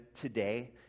today